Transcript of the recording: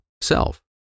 self